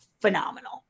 phenomenal